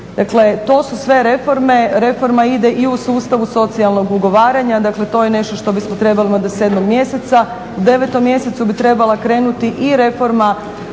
Dakle, to su sve reforme, reforma ide i u sustavu socijalnog ugovaranja, dakle to je nešto što bismo trebali imat do 7. mjeseca, u 9. mjesecu bi trebala krenuti i reforma